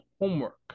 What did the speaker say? homework